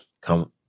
come